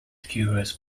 curious